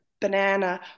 banana